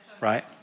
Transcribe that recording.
right